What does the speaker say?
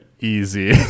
easy